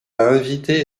invité